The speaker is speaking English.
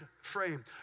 frame